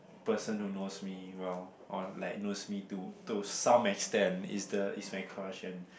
person who knows me well or like knows me to to some extent is the is my crush and